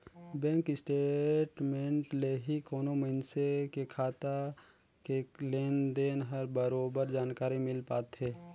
bank statement ले ही कोनो मइनसे के खाता के लेन देन कर बरोबर जानकारी मिल पाथे